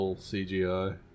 CGI